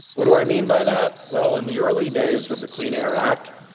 what do i mean by that? well, in the early days of the clean air act,